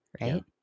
right